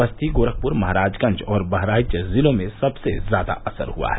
बस्ती गोरखपुर महाराजगंज और बहराइच जिलों में सबसे ज्यादा असर हुआ है